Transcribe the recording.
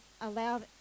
allow